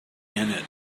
innit